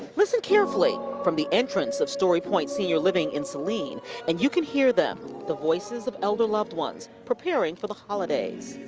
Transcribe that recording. listen carefully from the entrance of story point senior living in saline and you can hear them, the voices of elder loved ones preparing for the holidays.